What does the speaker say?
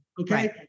okay